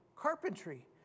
carpentry